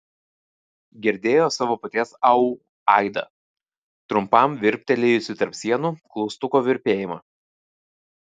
girdėjo savo paties au aidą trumpam virptelėjusį tarp sienų klaustuko virpėjimą